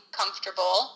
comfortable